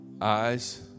eyes